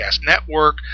Network